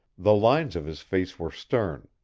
the lines of his face were stern,